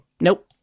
Nope